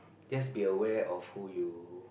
just be aware of who you